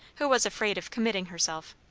who was afraid of committing herself.